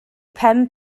pen